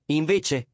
invece